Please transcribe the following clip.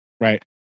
right